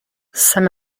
some